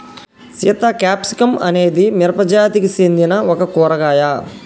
Sita capsicum అనేది మిరపజాతికి సెందిన ఒక కూరగాయ